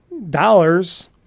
dollars